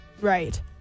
Right